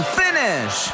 finish